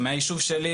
מהיישוב שלי,